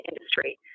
industry